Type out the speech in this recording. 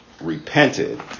repented